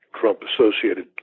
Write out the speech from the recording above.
Trump-associated